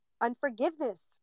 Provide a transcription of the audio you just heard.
unforgiveness